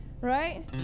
right